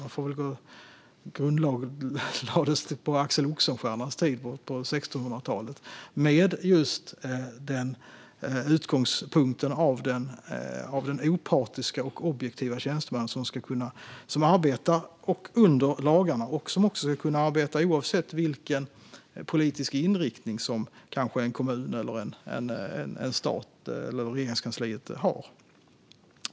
Den grundlades på Axel Oxenstiernas tid på 1600-talet med utgångspunkten att den opartiske och objektive tjänstemannen ska arbeta under lagarna och också ska kunna arbeta oavsett vilken politisk inriktning som kommunen, staten eller Regeringskansliet har.